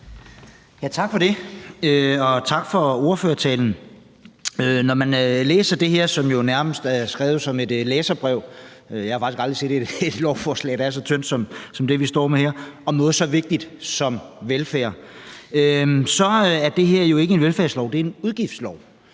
Tak for det, og tak for ordførertalen. Når man læser det her, som jo nærmest er skrevet som et læserbrev – jeg har faktisk aldrig set et lovforslag, der er så tyndt som det, vi står med her, om noget så vigtigt som velfærd – så er det her jo ikke en velfærdslov, det er en udgiftslov,